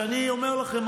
שאני אומר לכם,